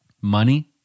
money